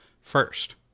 first